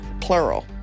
plural